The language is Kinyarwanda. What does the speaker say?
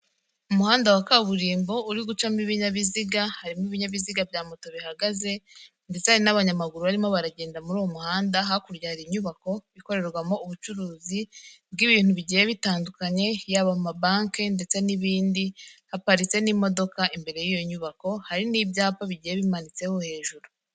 Umuhanda wa kaburimbo uri gucamo ibinyabiziga, harimo ibinyabiziga bya moto bihagaze, ndetse hari n'abanyamaguru barimo baragenda muri uwo muhanda, hakurya hari inyubako ikorerwamo ubucuruzi bw'ibintu bigiye bitandukanye, yaba amabanki ndetse n'ibindi, haparitse n'imodoka imbere y'iyo nyubako, hari n'ibyapa bigiye bimanitseho hejuru.